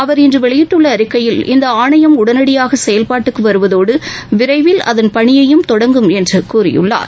அவர் இன்று வெளியிட்டுள்ள அறிக்கையில் இந்த ஆணையம் உடனடியாக செயல்பாட்டுக்கு வருவதோடு விரைவில் அதன் பணியையும் தொடங்கும் என்று கூறியுள்ளார்